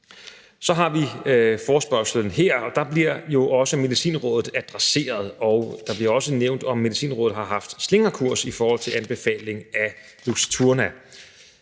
Så har vi forespørgslen her, og der bliver Medicinrådet jo også adresseret, og det bliver også nævnt, at Medicinrådet har haft en slingrekurs i forhold til en anbefaling af Luxturna.